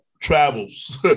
travels